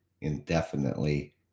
indefinitely